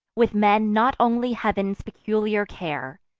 with men not only heav'n's peculiar care,